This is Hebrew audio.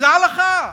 זה הלכה.